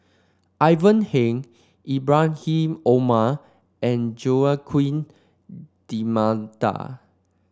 Ivan Heng Ibrahim Omar and Joaquim D'Almeida